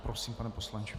Prosím, pane poslanče.